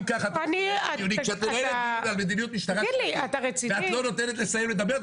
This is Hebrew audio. אם ככה את מנהלת את הדיונים ואת לא נותנת לסיים לדבר,